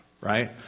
right